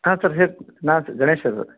ಹಾಂ ಸರ್ ಹೇಳಿ ನಾ ಗಣೇಶ್ ಅದು